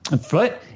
foot